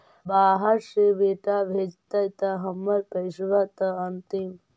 बाहर से बेटा भेजतय त हमर पैसाबा त अंतिम?